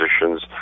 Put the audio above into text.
positions